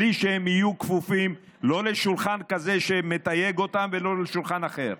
בלי שהם יהיו כפופים לא לשולחן כזה שמתייג אותם ולא לשולחן אחר.